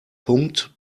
punkt